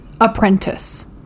apprentice